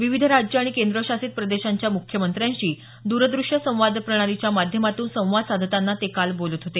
विविध राज्य आणि केंद्रशासित प्रदेशांच्या मुख्यमंत्र्यांशी द्रदृश्य संवाद प्रणालीच्या माध्यमातून संवाद साधताना ते काल बोलत होते